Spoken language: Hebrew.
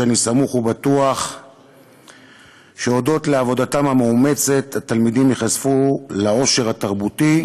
שאני סמוך ובטוח שהודות לעבודתם המאומצת התלמידים ייחשפו לעושר התרבותי,